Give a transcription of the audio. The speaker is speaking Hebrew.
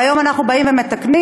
והיום אנחנו באים ומתקנים.